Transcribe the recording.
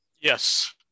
Yes